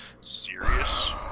serious